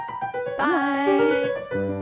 Bye